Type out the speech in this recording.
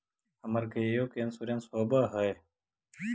हमर गेयो के इंश्योरेंस होव है?